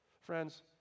Friends